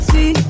See